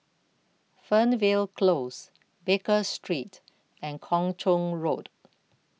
Fernvale Close Baker Street and Kung Chong Road